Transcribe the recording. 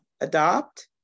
adopt